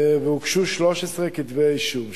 והוגשו 13 כתבי-אישום.